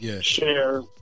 share